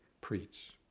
preach